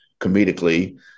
comedically